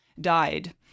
died